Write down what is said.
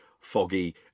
Foggy